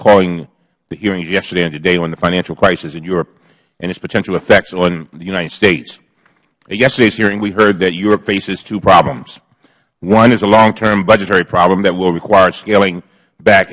calling the hearings yesterday and today on the financial crisis in europe and its potential effects on the united states at yesterday's hearing we heard that europe faces two problems one is a longterm budgetary problem that will require scaling back